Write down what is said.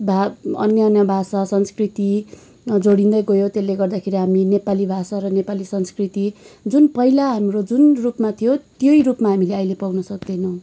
भए अन्य अन्य भाषा संस्कृति जोडिँदै गयो त्यसले गर्दाखेरि हामी नेपाली भाषा र नेपाली संस्कृति जुन पहिला हाम्रो जुन रूपमा थियो त्यही रूपमा हामीले पाउन सक्दैनौँ